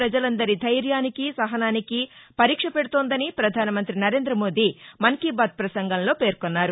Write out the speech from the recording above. పజలందరి ధైర్యానికీ సహనానికీ పరీక్ష పెడుతోందని ప్రధానమంత్రి నరేంద్రమోదీ మన్కీబాత్ ప్రసంగంలో పేర్కొన్నారు